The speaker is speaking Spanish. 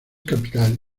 capital